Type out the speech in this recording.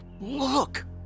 Look